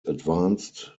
advanced